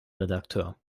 redakteur